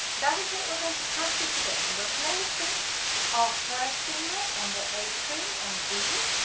that is what we're going to practice again and we're placing our first finger on the a string, on b,